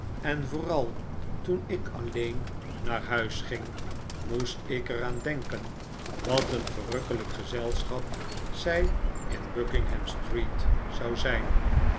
en vooral toen ik alleen naar huis ging moest ik er aan denken wat een verrukkelijk gezelschap zij in buckinghamstreet zou zijn